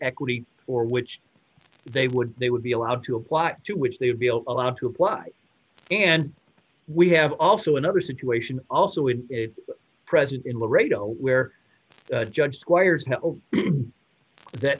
equity for which they would they would be allowed to apply to which they would be allowed to apply and we have also another situation also in present in laredo where judge